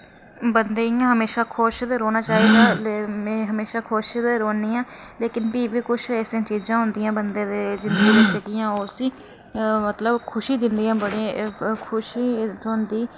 बंदे इयां हमेशा खुश ते रौह्ना चाहिदा ले में म्हेशां खुश ते रौह्न्नी आं लेकिन फ्ही बी किश ऐसियां चीजां होंदियां बंदे दे जिंदगी जेह्कि'यां उसी मतलब खुशी दिन्दियां बड़ी खुशी थ्होंदी